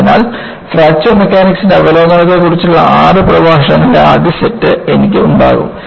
അതിനാൽ ഫ്രാക്ചർ മെക്കാനിക്സിന്റെ അവലോകനത്തെക്കുറിച്ചുള്ള ആറ് പ്രഭാഷണങ്ങളുടെ ആദ്യ സെറ്റ് എനിക്ക് ഉണ്ടാകും